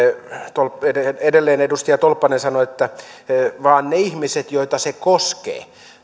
edelleen edustaja tolppanen sanoi että vain ne ihmiset sanelevat joita se koskee